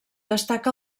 destaca